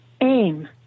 aim